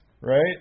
right